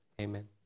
Amen